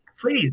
Please